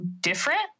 different